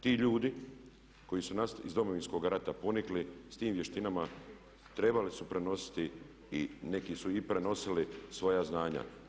Ti ljudi koji su iz Domovinskog rata ponikli s tim vještinama trebali su prenositi, i neki su i prenosili, svoja znanja.